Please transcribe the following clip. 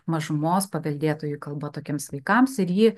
mažumos paveldėtojų kalba tokiems vaikams ir ji